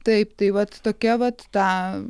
taip tai vat tokia vat ta